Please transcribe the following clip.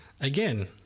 Again